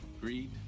greed